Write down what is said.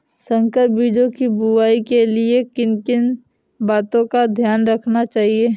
संकर बीजों की बुआई के लिए किन किन बातों का ध्यान रखना चाहिए?